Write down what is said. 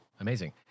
Amazing